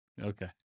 Okay